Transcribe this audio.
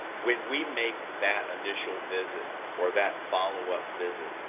when we make that initial visit or that follow-up visit,